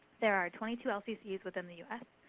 there are twenty two lccs within the u s.